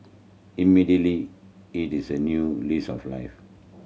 immediately it is a new lease of life